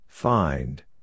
Find